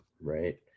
right